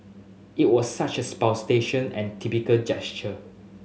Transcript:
it was such a and typical gesture